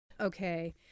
Okay